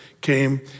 came